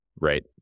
right